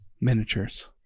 Miniatures